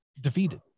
defeated